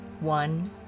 one